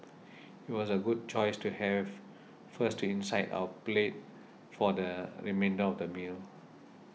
it was a good choice to have first to incite our palate for the remainder of the meal